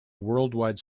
worldwide